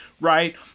right